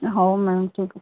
ହଉ ମ୍ୟାମ୍ ଠିକ୍ ଅଛି